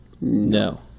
No